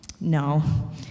No